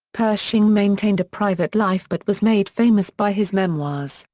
pershing maintained a private life but was made famous by his memoirs,